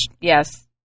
yes